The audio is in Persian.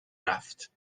رفت